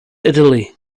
italy